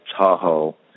Tahoe